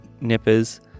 Nippers